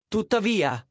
Tuttavia